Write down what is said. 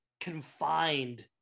confined